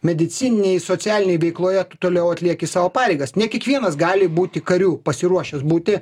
medicininėj socialinėj veikloje toliau atlieki savo pareigas ne kiekvienas gali būti kariu pasiruošęs būti